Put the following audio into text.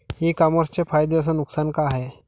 इ कामर्सचे फायदे अस नुकसान का हाये